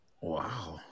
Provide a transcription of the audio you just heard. wow